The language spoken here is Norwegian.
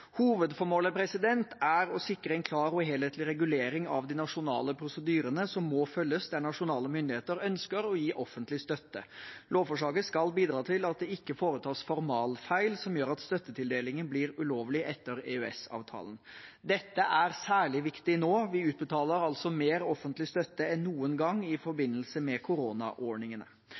er å sikre en klar og helhetlig regulering av de nasjonale prosedyrene som må følges der nasjonale myndigheter ønsker å gi offentlig støtte. Lovforslaget skal bidra til at det ikke foretas formalfeil som gjør at støttetildelingen blir ulovlig etter EØS-avtalen. Dette er særlig viktig nå. Vi utbetaler altså mer offentlig støtte enn noen gang i forbindelse med koronaordningene.